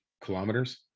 kilometers